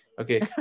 Okay